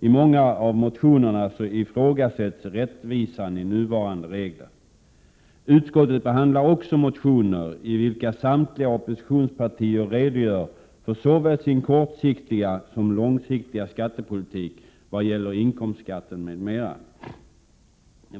I många av motionerna ifrågasätts rättvisan i nuvarande regler. Utskottet behandlar också motioner i vilka samtliga oppositionspartier redogör för sin såväl kortsiktiga som långsiktiga skattepolitik vad gäller inkomstskatten m.m.